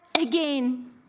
again